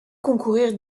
concourir